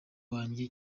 wanjye